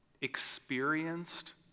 experienced